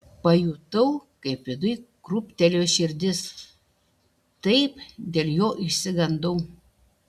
pajutau kaip viduj krūptelėjo širdis taip dėl jo išsigandau